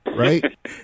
Right